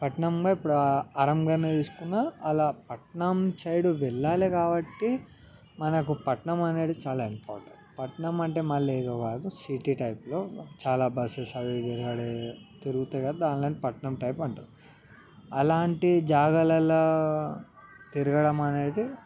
పట్టణంగా ఇప్పుడు అరంగర్నే తీసుకున్నా అలా పట్టణం సైడ్ వెళ్ళాలి కాబట్టి మనకు పట్టణం అనేది చాలా ఇంపార్టెంట్ పట్టణం అంటే మళ్ళీ ఏదో కాదు సిటీ టైపులో చాలా బసెస్ అవి తిరగడు తిరుగుతాయి కదా దాన్ని పట్టణం టైపు అంటారు అలాంటి జాగాలలో తిరగడం అనేది